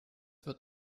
wird